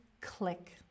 click